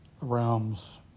realms